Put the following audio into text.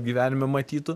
gyvenime matytų